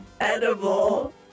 edible